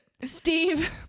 steve